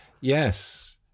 Yes